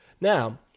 Now